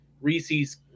Reese's